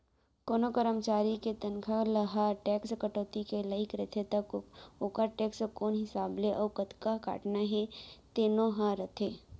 कोनों करमचारी के तनखा ह टेक्स कटौती के लाइक रथे त ओकर टेक्स कोन हिसाब ले अउ कतका काटना हे तेनो ह रथे